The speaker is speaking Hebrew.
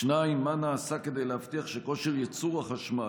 2. מה נעשה כדי להבטיח שכושר ייצור החשמל